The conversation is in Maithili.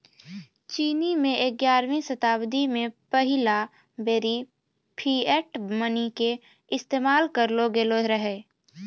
चीनो मे ग्यारहवीं शताब्दी मे पहिला बेरी फिएट मनी के इस्तेमाल करलो गेलो रहै